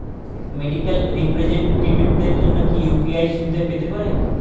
Medical রিপ্রেজন্টেটিভদের জন্য কি ইউ.পি.আই সুবিধা পেতে পারে?